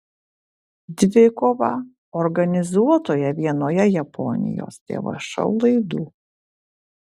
dvikovą organizuotoje vienoje japonijos tv šou laidų